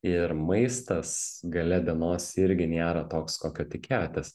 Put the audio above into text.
ir maistas gale dienos irgi niera toks kokio tikėjotės